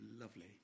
lovely